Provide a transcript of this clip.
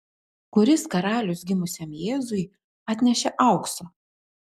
kuris karalius gimusiam jėzui atnešė aukso